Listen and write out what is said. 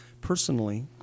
personally